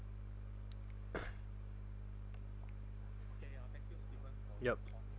yup